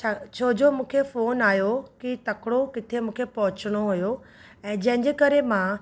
छो जो मूंखे फ़ोन आयो की तकिड़ो किथे मूंखे पहुचणो हुयो ऐं जंहिं जे करे मां